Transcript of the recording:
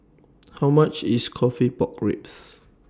How much IS Coffee Pork Ribs